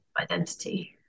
identity